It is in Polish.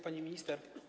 Pani Minister!